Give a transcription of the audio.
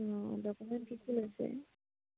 অঁ ডকুমেন্ট কি কি লৈছে